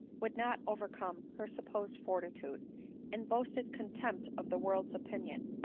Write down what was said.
would not overcome her supposed fortitude and boasted contempt of the world's opinion,